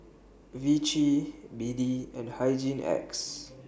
Vichy B D and Hygin X